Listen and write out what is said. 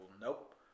nope